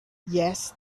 yes